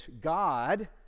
God